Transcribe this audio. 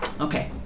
Okay